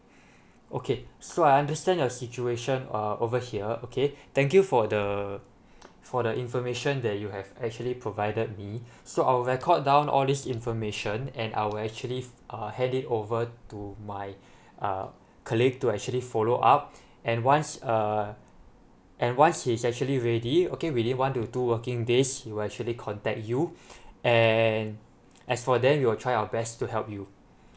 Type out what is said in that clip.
okay so I understand your situation err over here okay thank you for the for the information that you have actually provided me so I'll record down all this information and I'll actually uh hand it over to my uh colleague to actually follow up and once err and once he's actually ready okay within one or two working days he will actually contact you and as for then we will try our best to help you